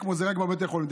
אקמו זה רק בבתי חולים,